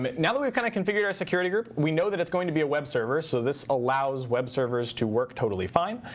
um now that we've kind of configured our security group, we know that it's going to be a web server. so this allows web servers to work totally fine.